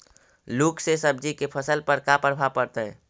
लुक से सब्जी के फसल पर का परभाव पड़तै?